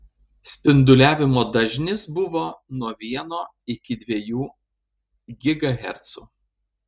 spinduliavimo dažnis buvo nuo vieno iki dviejų gigahercų